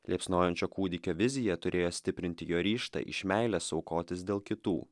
liepsnojančio kūdikio vizija turėjo stiprinti jo ryžtą iš meilės aukotis dėl kitų